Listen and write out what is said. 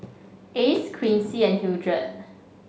Ace Quincy and Hildred